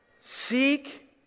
seek